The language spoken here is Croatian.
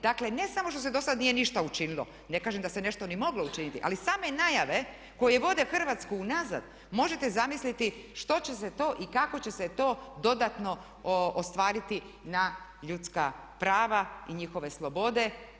Dakle, ne samo što se dosad nije ništa učinilo, ne kažem da se nešto i moglo učiniti, ali same najave koje vode Hrvatsku unazad možete zamisliti što će se to i kako će se to dodatno ostvariti na ljudska prava i njihove slobode.